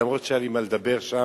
למרות שהיה לי מה לדבר שם,